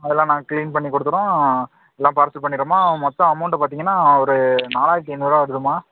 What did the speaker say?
அதெலாம் நாங்கள் க்ளீன் பண்ணி கொடுத்துட்றோம் எல்லாம் பார்த்து பண்ணிர்றம்மா மொத்தம் அமௌண்டு பார்த்திங்கனா ஒரு நாலாயிரத்தி ஐநூறுபா வருதும்மா